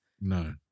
No